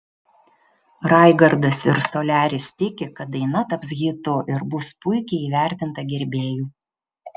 raigardas ir soliaris tiki kad daina taps hitu ir bus puikiai įvertinta gerbėjų